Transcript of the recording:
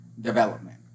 development